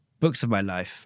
booksofmylife